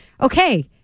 okay